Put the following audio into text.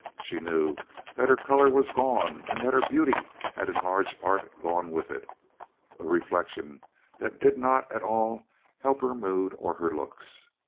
she knew that her color was gone and that her beauty had in large part gone with it a reflection that did not at all help her mood or her looks.